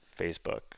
Facebook